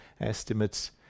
estimates